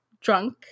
drunk